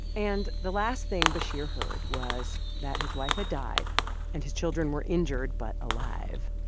and the last thing bashir heard was that his wife had died and his children were injured but alive.